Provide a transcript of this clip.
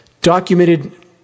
documented